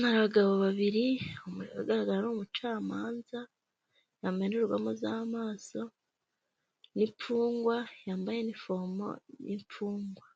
Ni abagabo babiri umwe ugaragara nk'umucamanza yambaye indorwamo zamaso n'imfungwa yambaye inifomo y'imfungwa